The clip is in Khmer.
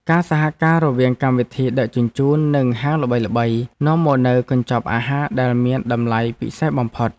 ការសហការរវាងកម្មវិធីដឹកជញ្ជូននិងហាងល្បីៗ នាំមកនូវកញ្ចប់អាហារដែលមានតម្លៃពិសេសបំផុត។